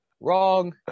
wrong